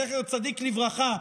זכר צדיק לברכה,